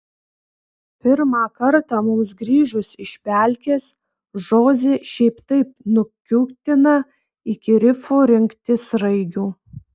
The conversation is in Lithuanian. pirmą kartą mums grįžus iš pelkės žoze šiaip taip nukiūtina iki rifo rinkti sraigių